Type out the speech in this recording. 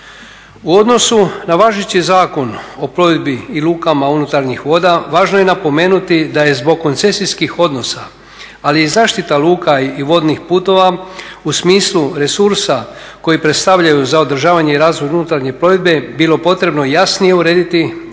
U odnosu na važeći Zakon o plovidbi i lukama unutarnjih voda važno je napomenuti da je zbog koncesijskih odnosa, ali i zaštita luka i vodnih putova u smislu resursa koji predstavljaju za održavanje i razvoj unutarnje plovidbe bilo potrebno jasnije urediti